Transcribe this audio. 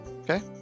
Okay